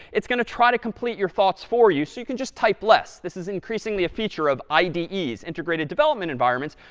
it's going to try to complete your thoughts for you so you can just type less. this is increasingly a feature of ides, integrated development environments,